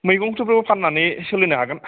मैगं फोरबो फाननानै सोलिनो हागोन